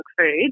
food